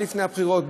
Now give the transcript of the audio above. לפני הבחירות.